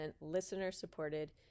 listener-supported